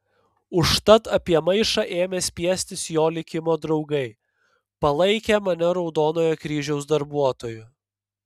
užtat apie maišą ėmė spiestis jo likimo draugai palaikę mane raudonojo kryžiaus darbuotoju